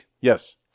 Yes